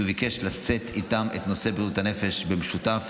והוא ביקש לשאת איתם את נושא בריאות הנפש במשותף,